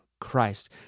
Christ